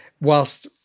whilst